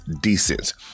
Decent